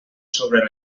sobre